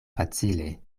facile